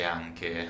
anche